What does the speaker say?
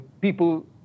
people